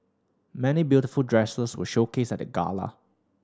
many beautiful dresses were showcased at the gala